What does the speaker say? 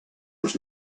was